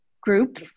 group